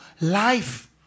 life